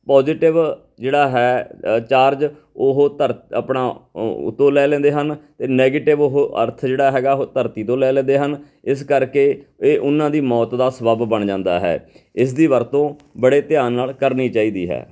positive ਜਿਹੜਾ ਹੈ charge ਉਹ ਧਰ ਆਪਣਾ ਉੱਤੋਂ ਲੈ ਲੈਂਦੇ ਹਨ ਅਤੇ ਨੈਗੇਟਿਵ ਉਹ ਅਰਥ ਜਿਹੜਾ ਹੈਗਾ ਉਹ ਧਰਤੀ ਤੋਂ ਲੈ ਲੈਂਦੇ ਹਨ ਇਸ ਕਰਕੇ ਇਹ ਉਹਨਾਂ ਦੀ ਮੌਤ ਦਾ ਸਬੱਬ ਬਣ ਜਾਂਦਾ ਹੈ ਇਸ ਦੀ ਵਰਤੋਂ ਬੜੇ ਧਿਆਨ ਨਾਲ ਕਰਨੀ ਚਾਹੀਦੀ ਹੈ